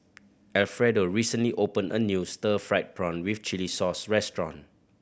Alfredo recently opened a new stir fried prawn with chili sauce restaurant